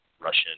Russian